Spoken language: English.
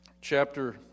chapter